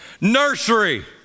Nursery